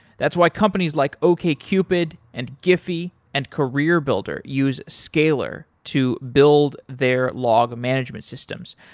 that's why companies like okcupid and giphy and career builder use scalyr to build their log management systems.